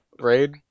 Raid